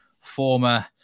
former